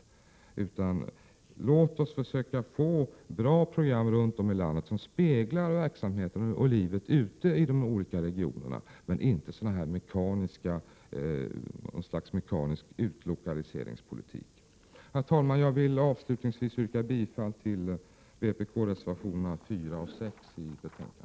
Låt oss i stället försöka få bra program runt om i landet, som speglar verksamheten och livet ute i de olika regionerna, men inte något slags mekanisk utlokaliseringspolitik. Herr talman! Jag vill avslutningsvis yrka bifall till vpk-reservationerna 4 och 6 i betänkandet.